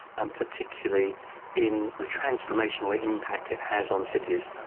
and particularly in the transformational impact it has on cities.